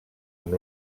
amb